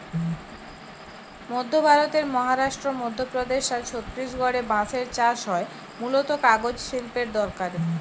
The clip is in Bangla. মধ্য ভারতের মহারাষ্ট্র, মধ্যপ্রদেশ আর ছত্তিশগড়ে বাঁশের চাষ হয় মূলতঃ কাগজ শিল্পের দরকারে